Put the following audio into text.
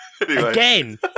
Again